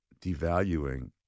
devaluing